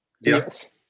yes